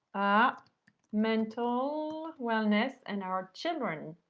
ah mental wellness and our children